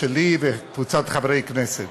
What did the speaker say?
ושלי ושל קבוצת חברי הכנסת.